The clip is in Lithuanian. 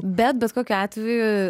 bet bet kokiu atveju